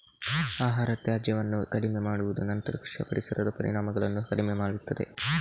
ಆಹಾರ ತ್ಯಾಜ್ಯವನ್ನು ಕಡಿಮೆ ಮಾಡುವುದು ನಂತರ ಕೃಷಿಯ ಪರಿಸರದ ಪರಿಣಾಮಗಳನ್ನು ಕಡಿಮೆ ಮಾಡುತ್ತದೆ